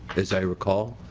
as i recall.